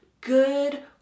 good